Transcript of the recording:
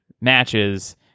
matches